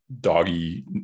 doggy